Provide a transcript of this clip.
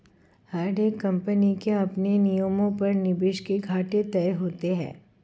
हर एक कम्पनी के अपने नियमों पर निवेश के घाटे तय होते हैं